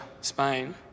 Spain